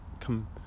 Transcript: Come